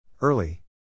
Early